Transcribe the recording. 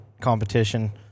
competition –